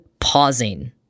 pausing